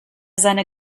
seine